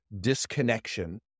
disconnection